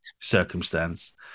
circumstance